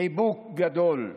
חיבוק גדול,